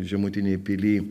žemutinėj pily